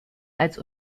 als